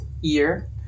year